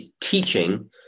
teaching